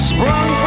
Sprung